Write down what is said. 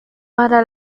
para